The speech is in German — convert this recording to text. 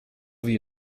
wie